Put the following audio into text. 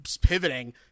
pivoting